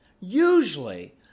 usually